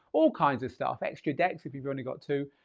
all kinds of stuff, extra decks, if you've only got two.